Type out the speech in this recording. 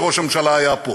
שראש הממשלה היה פה,